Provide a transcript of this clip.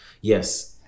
yes